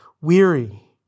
Weary